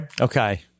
Okay